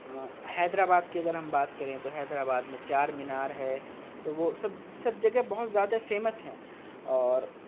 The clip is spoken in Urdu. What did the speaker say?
حیدر آباد کی اگر ہم بات کریں تو حیدر آباد میں چار مینار ہے تو وہ سب سب جگہ بہت زیادہ فیمس ہیں اور